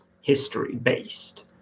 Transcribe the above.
history-based